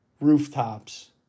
rooftops